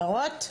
הערות?